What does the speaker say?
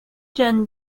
jan